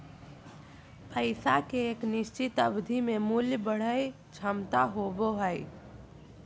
पैसा के एक निश्चित अवधि में मूल्य बढ़य के क्षमता होबो हइ